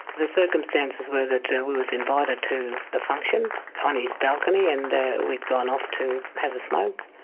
the circumstances were that we was invited to a function on his balcony. and we'd gone off to have a smoke